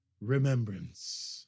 Remembrance